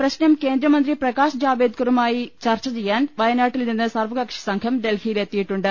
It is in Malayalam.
പ്രശ്നം കേന്ദ്രമന്ത്രി പ്രകാശ് ജാവ്ദേക്കറുമായി ചർച്ച ചെയ്യാൻ വയനാട്ടിൽ നിന്ന് സർവ്വകക്ഷി സംഘം ഡൽഹി യിലെത്തിയിട്ടുണ്ട്